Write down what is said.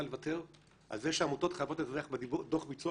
לוותר על זה שהעמותות חייבות לדווח בדוח ביצוע